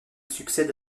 succède